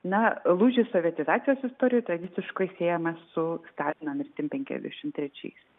na lūžis sovietizacijos istorijoj tradiciškai siejamas su stalino mirtim penkiasdešimt trečiais